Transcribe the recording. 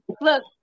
Look